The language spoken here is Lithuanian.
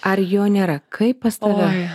ar jo nėra kaip pas tave